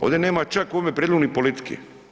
Ovdje nema čak u ovome prijedlogu ni politike.